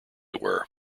were